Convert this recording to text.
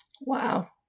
Wow